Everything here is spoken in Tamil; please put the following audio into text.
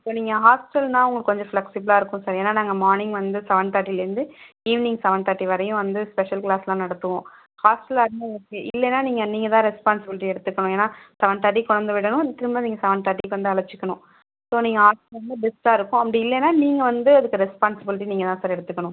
இப்போ நீங்கள் ஹாஸ்ட்டல்ன்னா உங்களுக்கு கொஞ்சம் ஃப்ளெக்ஸ்ஸிபிலாக இருக்கும் சார் ஏன்னா நாங்கள் மார்னிங் வந்து செவன் தேட்டிலேந்து ஈவினிங் செவன் தேட்ர்டி வரையும் வந்து ஸ்பெஷல் க்ளாஸ்லாம் நடத்துவோம் ஹாஸ்ட்டலாக இருந்தா ஓகே இல்லனா நீங்கள் நீங்கள் தான் ரெஸ்பான்சிபிலிட்டி எடுத்துக்கணும் ஏன்னா செவன் தேர்டிக் கொண்டாந்து விடணும் திரும்ப நீங்கள் செவன் தேர்டிக்கு வந்து அழச்சிக்கணும் ஸோ நீங்கள் ஹாஸ்ட்டல் வந்தா பெஸ்ட்டாக இருக்கும் அப்படி இல்லனா நீங்கள் வந்து அதுக்கு ரெஸ்பான்சிபிலிட்டி நீங்கள் தான் சார் எடுத்துக்கணும்